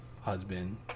husband